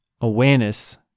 awareness